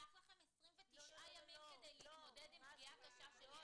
ייקח לכם 29 ימים כדי להתמודד עם פגיעה קשה של ילד?